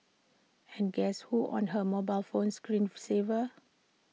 and guess who's on her mobile phone screen saver